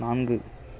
நான்கு